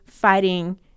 fighting